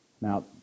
Now